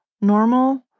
Normal